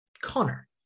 Connor